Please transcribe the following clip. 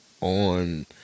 on